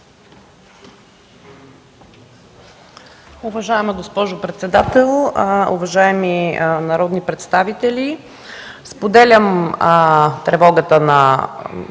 Уважаема госпожо председател, уважаеми народни представители! Споделям тревогата на